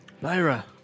Lyra